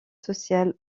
sociales